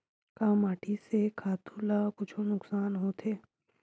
का माटी से खातु ला कुछु नुकसान होथे?